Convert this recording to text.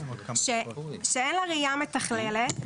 שאין לה ראייה מתכללת,